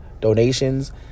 donations